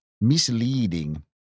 misleading